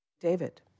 David